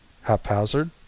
haphazard